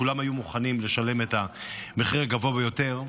כולם היו מוכנים לשלם את המחיר הגבוה ביותר.